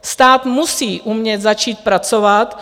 Stát musí umět začít pracovat.